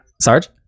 Sarge